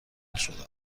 شدم